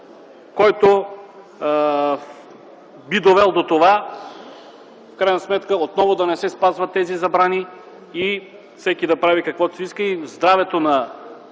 който би довел до това отново да не се спазват тези забрани, всеки да прави каквото си иска и здравето на